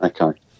Okay